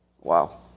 Wow